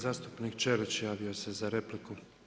Zastupnik Ćelić javio se za repliku.